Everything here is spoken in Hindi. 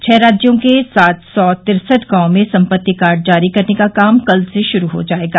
छह राज्यों के सात सौ तिरसठ गांवों में संपत्ति कार्ड जारी करने का काम कल से शुरू हो जायेगा